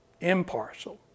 impartial